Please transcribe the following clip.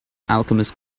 alchemist